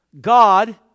God